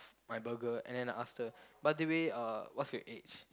my burger and then I asked her by the way uh what's your age